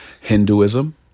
Hinduism